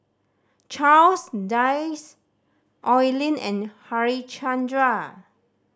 Charles Dyce Oi Lin and Harichandra